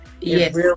Yes